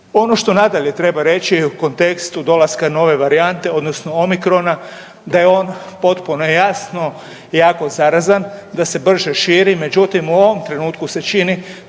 Ono što nadalje treba reći u kontekstu dolaska nove varijante odnosno omikrona da je on potpuno jasno jako zarazan, da se brže širi, međutim u ovom trenutku se čini